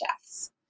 deaths